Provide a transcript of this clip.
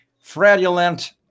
fraudulent